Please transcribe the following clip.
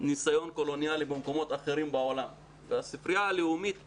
ניסיון קולוניאלי ממקומות אחרים בעולם והספרייה הלאומית פה,